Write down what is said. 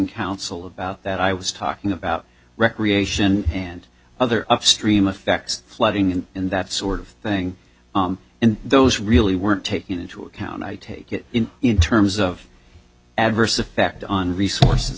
counsel about that i was talking about recreation and other upstream affects flooding in that sort of thing and those really weren't taken into account i take it in terms of adverse effect on resources